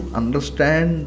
understand